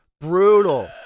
brutal